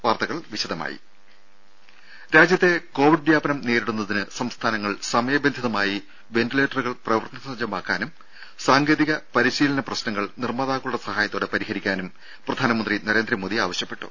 വാർത്തകൾ വിശദമായി രാജ്യത്തെ കോവിഡ് വ്യാപനം നേരിടുന്നതിന് സംസ്ഥാനങ്ങൾ സമയബന്ധിതമായി വെന്റിലേറ്ററുകൾ പ്രവർത്തനസജ്ജമാക്കാനും സാങ്കേതിക പരിശീലന പ്രശ്നങ്ങൾ നിർമാതാക്കളുടെ സഹായത്തോടെ പരിഹരിക്കാനും പ്രധാനമന്ത്രി നരേന്ദ്രമോദി ആവശ്യപ്പെട്ടു